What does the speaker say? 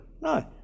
No